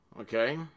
okay